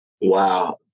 Wow